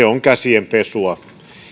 on käsienpesua